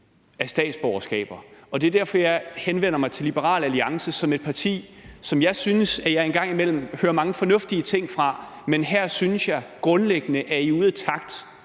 af statsborgerskaber. Det er derfor, jeg henvender mig til Liberal Alliance, som er et parti, som jeg synes, at jeg engang imellem hører mange fornuftige ting fra. Men her synes jeg grundlæggende, at partiet er ude af takt